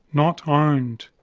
not owned'.